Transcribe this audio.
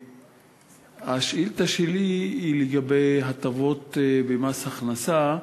השאילתה שלי היא לגבי הטבות במס הכנסה,